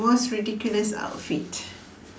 most ridiculous outfit